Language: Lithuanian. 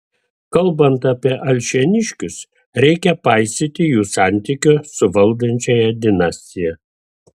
kalbant apie alšėniškius reikia paisyti jų santykio su valdančiąja dinastija